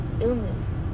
illness